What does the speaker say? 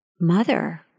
mother